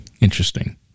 interesting